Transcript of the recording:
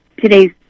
today's